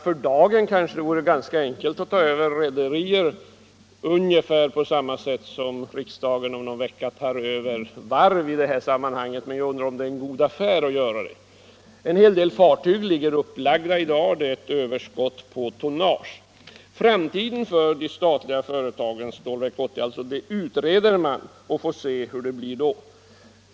För dagen kanske det vore ganska enkelt att ta över rederier ungefär på samma sätt som riksdagen om någon vecka tar över varv, men jag undrar om det är en god affär att göra det. En hel del fartyg ligger upplagda i dag. Det är överskott på tonnage. Framtiden för de statliga företagen — Stålverk 80 — utreder man, och vi får väl se hur det blir.